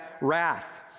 wrath